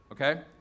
okay